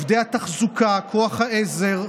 לעובדי התחזוקה, לכוח העזר,